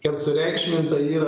kad sureikšminta yra